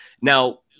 Now